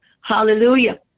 Hallelujah